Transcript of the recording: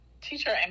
teacher